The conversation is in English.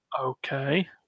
okay